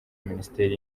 minisiteri